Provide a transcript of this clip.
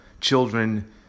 children